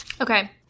Okay